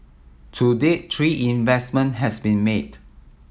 to date three investment has been made